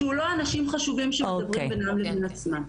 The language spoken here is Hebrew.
שהוא לא אנשים חשובים שמדברים בינם לבין עצמם.